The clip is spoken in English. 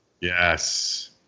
Yes